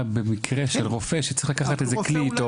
במקרה של רופא שצריך לקחת איזה כלי איתו.